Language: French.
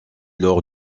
lors